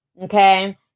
Okay